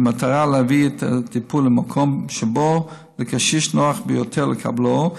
במטרה להביא את הטיפול למקום שבו לקשיש נוח ביותר לקבלו,